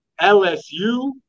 LSU